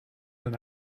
and